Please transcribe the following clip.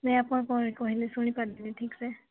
ଆପଣ କ'ଣ କହିଲେ ଶୁଣି ପାରିଲିଣି ଠିକ୍ ସେ